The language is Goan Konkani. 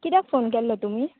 कित्याक फोन केल्लो तुमी